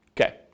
Okay